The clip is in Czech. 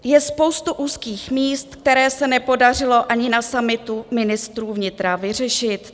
Je spousta úzkých míst, která se nepodařilo ani na summitu ministrů vnitra vyřešit.